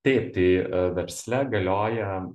taip tai versle galioja